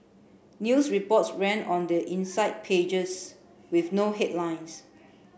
news reports ran on the inside pages with no headlines